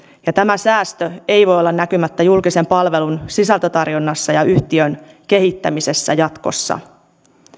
ja tämä säästö ei voi olla näkymättä julkisen palvelun sisältötarjonnassa ja yhtiön kehittämisessä jatkossa